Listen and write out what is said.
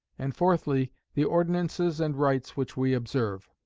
and fourthly, the ordinances and rites which we observe.